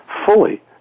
fully